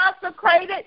consecrated